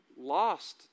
lost